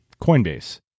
Coinbase